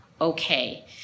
okay